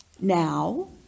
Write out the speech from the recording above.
now